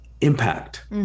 impact